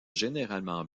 généralement